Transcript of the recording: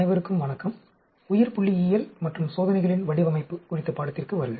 அனைவருக்கும் வணக்கம் உயிர்புள்ளியியல் மற்றும் சோதனைகளின் வடிவமைப்பு குறித்த பாடத்திற்கு வருக